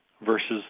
versus